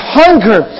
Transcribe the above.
hunger